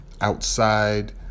outside